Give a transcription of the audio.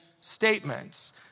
statements